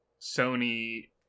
Sony